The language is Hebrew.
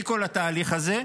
בלי כל התהליך הזה.